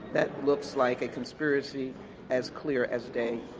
that looks like a conspiracy as clear as day.